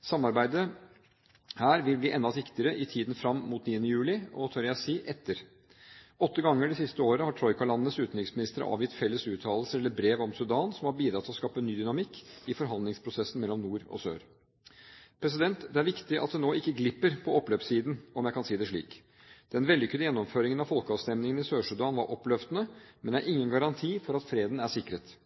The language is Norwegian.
Samarbeidet her vil bli enda viktigere i tiden fram mot 9. juli og tør jeg si, etter. Åtte ganger det siste året har troikalandenes utenriksministere avgitt felles uttalelser eller brev om Sudan, som har bidratt til å skape ny dynamikk i forhandlingsprosessen mellom nord og sør. Det er viktig at det nå ikke glipper på oppløpssiden, om jeg kan si det slik. Den vellykkede gjennomføringen av folkeavstemningen i Sør-Sudan var oppløftende, men er ingen garanti for at freden er sikret.